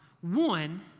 One